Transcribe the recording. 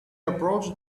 approached